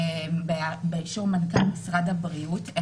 על ידי מנכ"ל משרד הבריאות.